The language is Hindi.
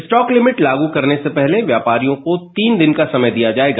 स्टॉक लिमिट लागू करने से पहले व्यापारियों को तीन दिन का समय दिया जाएगा